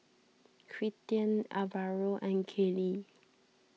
Quinten Alvaro and Kaylie